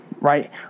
right